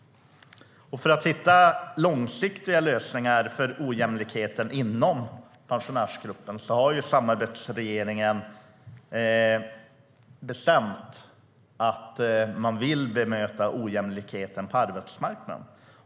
För att hitta långsiktiga lösningar för ojämlikheten inom pensionärsgruppen har samarbetsregeringen bestämt att man vill bemöta ojämlikheten på arbetsmarknaden.